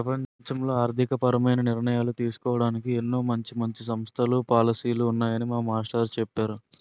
ప్రపంచంలో ఆర్థికపరమైన నిర్ణయాలు తీసుకోడానికి ఎన్నో మంచి మంచి సంస్థలు, పాలసీలు ఉన్నాయని మా మాస్టారు చెప్పేరు